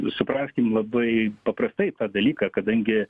supraskim labai paprastai tą dalyką kadangi